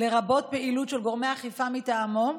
לרבות פעילות של גורמי האכיפה מטעמו,